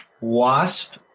Wasp